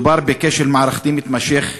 מדובר בכשל מערכתי מתמשך.